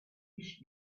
fish